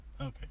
Okay